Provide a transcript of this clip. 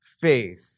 faith